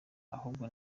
ahubwo